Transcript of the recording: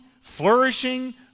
flourishing